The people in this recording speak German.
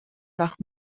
nach